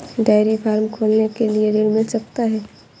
Dairy farm खोलने के लिए ऋण मिल सकता है?